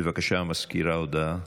בבקשה, סגנית המזכיר, הודעה.